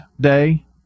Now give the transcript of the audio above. Day